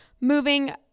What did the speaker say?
Moving